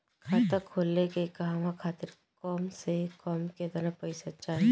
खाता खोले के कहवा खातिर कम से कम केतना पइसा चाहीं?